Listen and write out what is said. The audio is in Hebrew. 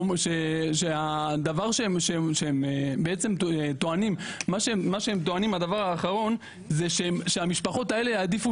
האחרון שהם טוענים זה שהמשפחות האלה יעדיפו